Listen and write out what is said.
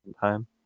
time